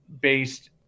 based